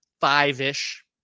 five-ish